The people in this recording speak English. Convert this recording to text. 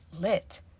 lit